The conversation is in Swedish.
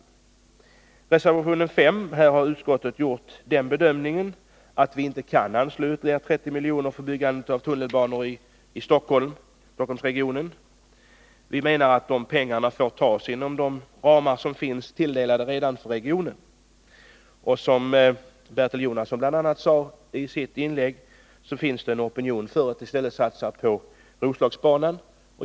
När det gäller reservation 5 har utskottet gjort den bedömningen att vi inte kan anslå ytterligare 30 milj.kr. för byggandet av tunnelbanor i Stockholmsregionen. Vi menar att pengarna får tas inom de ramar som tilldelas regionen. Som bl.a. Bertil Jonasson sade i sitt inlägg finns det en opinion att i stället satsa på Roslagsbanan.